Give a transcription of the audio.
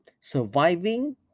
surviving